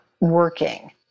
working